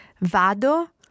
Vado